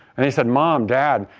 and he said mom, dad,